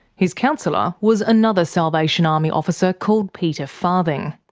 his counsellor was another salvation army officer called peter farthing.